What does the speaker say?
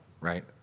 right